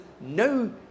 no